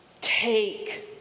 Take